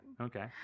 Okay